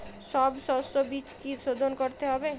সব শষ্যবীজ কি সোধন করতে হবে?